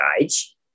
age